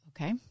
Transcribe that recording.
Okay